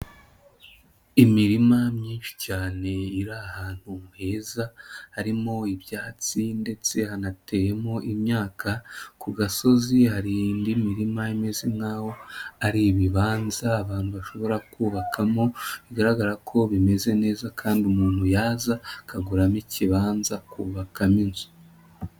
Imirima myinshi cyane iri ahantu heza harimo ibyatsi ndetse hanateyemo imyaka, ku gasozi hari indi mirima imeze nkaho ari ibibanza abantu bashobora kubakamo bigaragara ko bimeze neza kandi umuntu yaza akaguramo ikibanza akubakamo inzu.